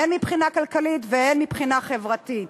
הן מבחינה כלכלית והן מבחינה חברתית.